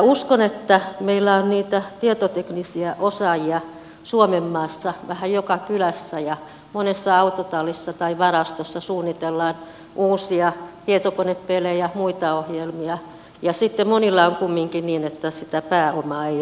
uskon että meillä on niitä tietoteknisiä osaajia suomenmaassa vähän joka kylässä ja monessa autotallissa tai varastossa suunnitellaan uusia tietokonepelejä muita ohjelmia ja sitten monilla on kumminkin niin että sitä pääomaa ei ole riittävästi